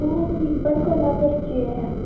हो मी पण कोल्हापूरची आहे